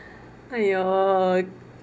!aiyo!